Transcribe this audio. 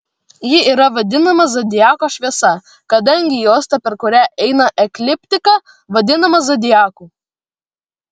ji yra vadinama zodiako šviesa kadangi juosta per kurią eina ekliptika vadinama zodiaku